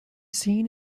seen